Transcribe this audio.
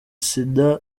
sida